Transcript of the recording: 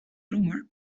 brommer